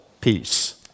peace